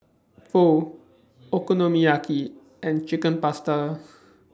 Pho Okonomiyaki and Chicken Pasta